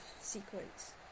sequence